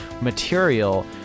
material